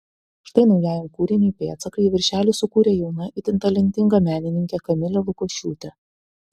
štai naujajam kūriniui pėdsakai viršelį sukūrė jauna itin talentinga menininkė kamilė lukošiūtė